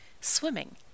swimming